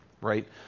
right